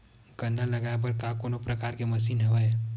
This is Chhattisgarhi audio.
गन्ना लगाये बर का कोनो प्रकार के मशीन हवय?